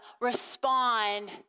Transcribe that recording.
respond